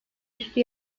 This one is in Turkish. üstü